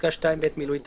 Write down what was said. בפסקה (2) בעת מילוי תפקידם."